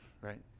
right